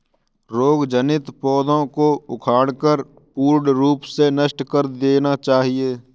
रोग जनित पौधों को उखाड़कर पूर्ण रूप से नष्ट कर देना चाहिये